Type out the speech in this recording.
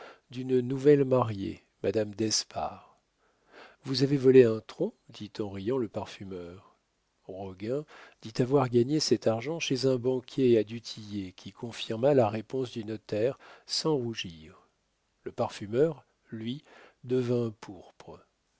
d'une nouvelle mariée madame d'espard vous avez volé un tronc dit en riant le parfumeur roguin dit avoir gagné cet argent chez un banquier à du tillet qui confirma la réponse du notaire sans rougir le parfumeur lui devint pourpre